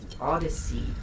Odyssey